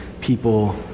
people